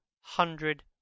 hundred